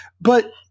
But-